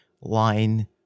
line